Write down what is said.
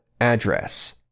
address